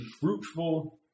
fruitful